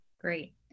Great